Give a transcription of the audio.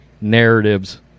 narratives